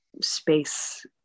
space